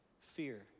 Fear